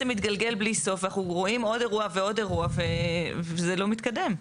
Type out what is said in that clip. זה מתגלגל בלי סוף ואנחנו רואים עוד אירוע ועוד אירוע וזה לא מתקדם.